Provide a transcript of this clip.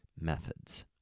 methods